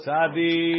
Sadi